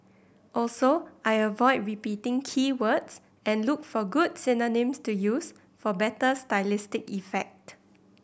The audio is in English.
also I avoid repeating key words and look for good synonyms to use for better stylistic effect